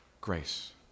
Grace